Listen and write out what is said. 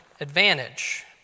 advantage